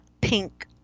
pink